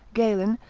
galen,